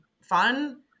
fun